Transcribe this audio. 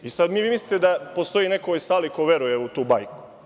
I sad vi mislite da postoji neko u ovoj sali ko veruje u tu bajku?